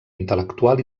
intel·lectual